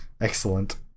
excellent